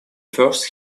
first